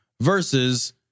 versus